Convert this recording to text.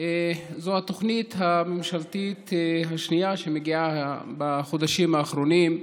זו התוכנית הממשלתית השנייה שמגיעה בחודשים האחרונים.